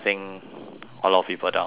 a lot of people down and stuff